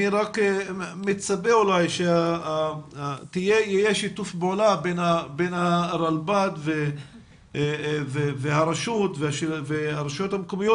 אני רק מצפה אולי שיהיה שיתוף פעולה בין הרלב"ד והרשויות המקומיות